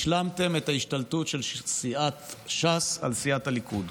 השלמתם את ההשתלטות של סיעת ש"ס על סיעת הליכוד.